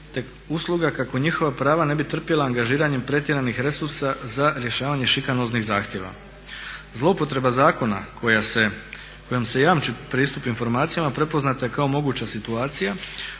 usluga kako njihova prava ne bi trpjela angažiranjem pretjeranih resursa za rješavanje šikanoznih zahtjeva. Zlouporaba zakona kojom se jamči pristup informacijama prepoznata je kao moguća situacija